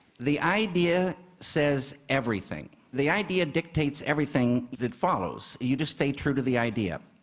the idea says everything. the idea dictates everything that follows. you just stay true to the idea.